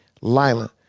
Lila